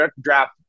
draft